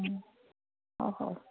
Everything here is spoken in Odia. ହଉ